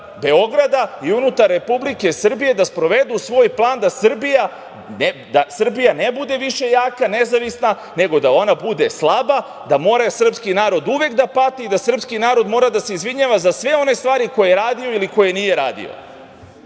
Beograda i unutar Republike Srbije da sprovedu svoj plan da Srbija ne bude više jaka, nezavisna nego da ona bude slaba, da mora srpski narod uvek da pati i da srpski narod mora da se izvinjava za sve one stvari koje je radila ili koje nije